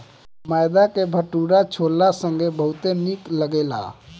मैदा के भटूरा छोला संगे बहुते निक लगेला